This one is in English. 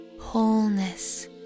wholeness